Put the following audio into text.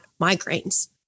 migraines